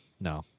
no